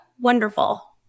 wonderful